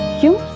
you